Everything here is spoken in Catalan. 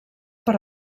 per